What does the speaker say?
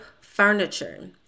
furniture